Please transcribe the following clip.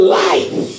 life